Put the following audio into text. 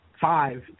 five